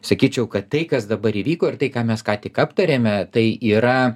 sakyčiau kad tai kas dabar įvyko ir tai ką mes ką tik aptarėme tai yra